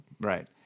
right